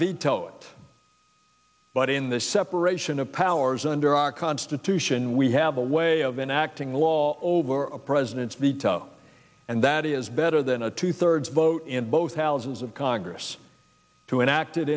veto it but in the separation of powers under our constitution we have a way of an acting wall over a president's veto and that is better than a two thirds vote in both houses of congress to enacted